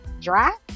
dry